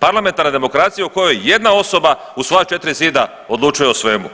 Parlamentarna demokracija u kojoj jedna osoba u svoja četiri zida odlučuje o svemu